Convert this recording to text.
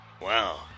Wow